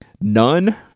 none